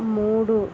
మూడు